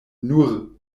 nur